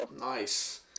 Nice